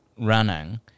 Running